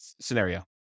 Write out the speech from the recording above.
scenario